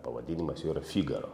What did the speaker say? pavadinimas jo yra figaro